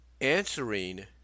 answering